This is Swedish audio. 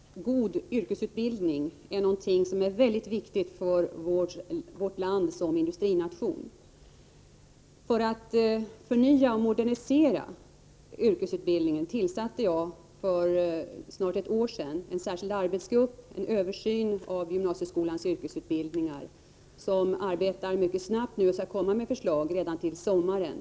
Herr talman! En god yrkesutbildning är något mycket viktigt för vårt land som industrination. För att förnya och modernisera yrkesutbildningen tillsatte jag för snart ett år sedan en särskild arbetsgrupp, som skall göra en översyn av gymnasieskolans yrkesutbildningar. Denna grupp arbetar mycket snabbt och skall komma med förslag redan till sommaren.